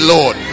Lord